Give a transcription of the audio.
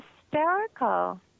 hysterical